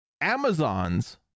Amazon's